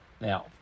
now